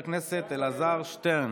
חבר הכנסת אלעזר שטרן,